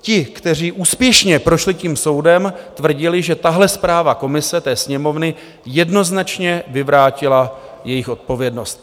Ti, kteří úspěšně prošli tím soudem, tvrdili, že tahle zpráva komise té Sněmovny jednoznačně vyvrátila jejich odpovědnost.